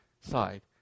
side